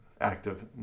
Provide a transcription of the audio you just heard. active